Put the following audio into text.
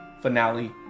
finale